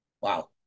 Wow